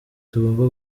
tugomba